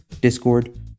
Discord